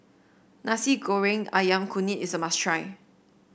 Nasi Goreng ayam kunyit is a must try